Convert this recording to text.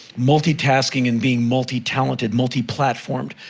multitasking and being multitalented, multiplatformed,